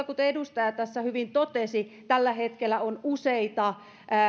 kuten edustaja tässä hyvin totesi tällä hetkellä on useita